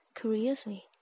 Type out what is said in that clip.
curiously